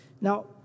Now